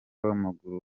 w’amaguru